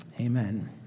Amen